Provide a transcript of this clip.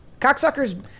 Cocksuckers